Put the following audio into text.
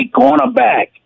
cornerback